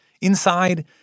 Inside